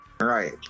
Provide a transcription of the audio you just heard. right